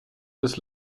des